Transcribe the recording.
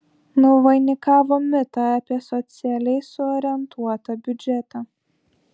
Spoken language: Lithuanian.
nuvainikavo mitą apie socialiai suorientuotą biudžetą